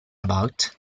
about